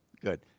Good